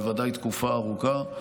בוודאי תקופה ארוכה.